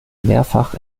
mehrfach